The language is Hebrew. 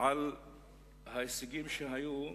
על ההישגים שהיו,